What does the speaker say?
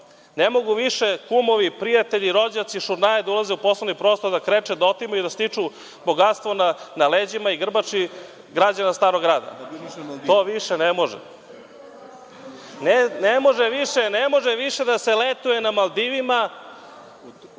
Ne mogu više kumovi, prijatelji, rođaci, šurnjaje da ulaze u poslovni prostor da kreče, da otimaju, da stiču bogatstvo na leđima i grbači građana Starog Grada. To više ne može. Ne može više da se letuje na Maldivima,